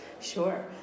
Sure